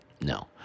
No